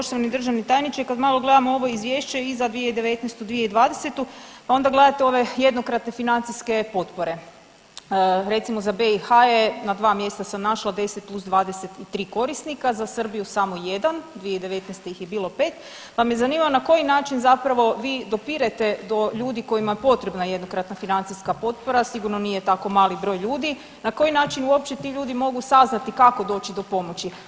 Poštovani državni tajniče, kad malo gledao ovo izvješće i za 2019., 2020. pa onda gledate ove jednokratne financijske potpore, recimo za BiH je na 2 mjesta sam našla 10 + 23 korisnika, za Srbiju samo 1, 2019. iz je bilo 5, pa me zanima na koji način zapravo vi dopirete do ljudi kojima je potrebna jednokratna financijska potpora sigurno nije tako mali broj ljudi, na koji način uopće ti ljudi mogu saznati kako doći do pomoći.